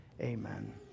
Amen